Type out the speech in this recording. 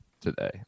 today